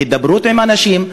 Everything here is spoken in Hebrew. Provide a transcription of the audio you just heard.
הידברות עם האנשים.